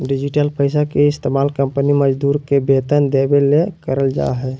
digital पैसा के इस्तमाल कंपनी मजदूर के वेतन देबे ले करल जा हइ